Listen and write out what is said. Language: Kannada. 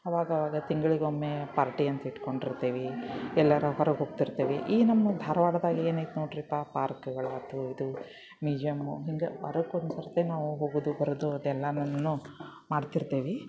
ಅವಾಗವಾಗ ತಿಂಗಳಿಗೊಮ್ಮೆ ಪಾರ್ಟಿ ಅಂತ ಇಟ್ಟುಕೊಂಡಿರ್ತೀವಿ ಎಲ್ಲಾರೂ ಹೊರಗೆ ಹೋಗ್ತಿರ್ತೀವಿ ಈ ನಮ್ಮ ಧಾರ್ವಾಡ್ದಾಗ ಏನೈತೆ ನೋಡಿರಿಪ್ಪ ಪಾರ್ಕ್ಗಳಾಯ್ತು ಇದು ಮ್ಯೂಜಿಯಮ್ಮು ಹಿಂಗೆ ವಾರಕ್ಕೊಂದು ಸರ್ತಿ ನಾವು ಹೋಗೋದು ಬರೋದು ಅದೆಲ್ಲಾನುನು ಮಾಡ್ತಿರ್ತೀವಿ